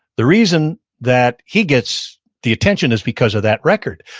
the reason that he gets the attention is because of that record.